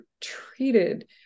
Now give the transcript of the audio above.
treated